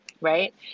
right